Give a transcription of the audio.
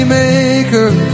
maker